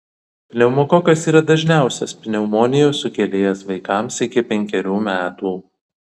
pneumokokas yra dažniausias pneumonijos sukėlėjas vaikams iki penkerių metų